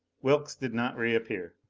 wilks did not reappear.